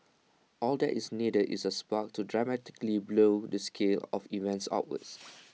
all that is needed is A spark to dramatically blow the scale of events outwards